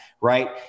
right